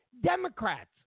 Democrats